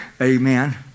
Amen